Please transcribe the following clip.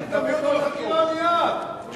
תביאו אותו לחקירה מייד, את שר הביטחון.